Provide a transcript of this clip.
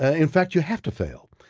ah in fact, you have to fail.